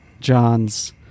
John's